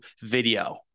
video